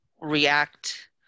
react